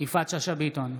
יפעת שאשא ביטון,